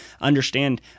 understand